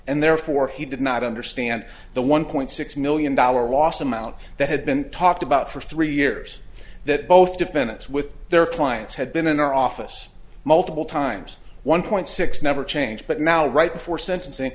and therefore he did not understand the one point six million dollar loss amount that had been talked about for three years that both defendants with their clients had been in our office multiple times one point six never change but now right before sentencing